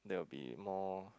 there will be more